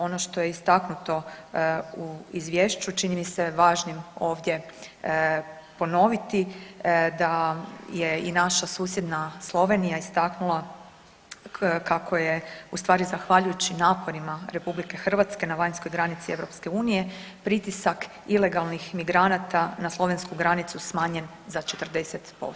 Ono što je istaknuto u izvješću čini mi se važnim ovdje ponoviti da je i naša susjedna Slovenija istaknula kako je u stvari zahvaljujući naporima RH na vanjskoj granici EU pritisak ilegalnih migranata na slovensku granicu smanjen za 40%